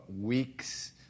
weeks